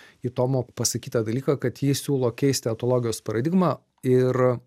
į tomo pasakytą dalyką kad ji siūlo keisti antologijos paradigmą ir